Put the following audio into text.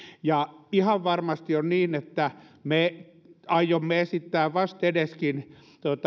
ihan varmasti on niin että me aiomme esittää vastedeskin